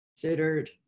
considered